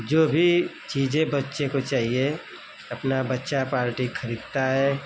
जो भी चीजें बच्चे को चाहिए अपना बच्चा पार्टी खरीदता है